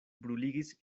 bruligis